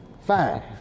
Five